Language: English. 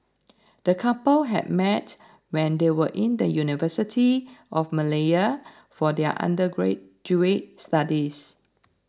the couple had met when they were in the University of Malaya for their undergraduate studies